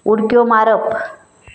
उडक्यो मारप